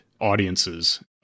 audiences